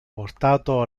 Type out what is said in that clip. portato